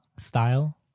style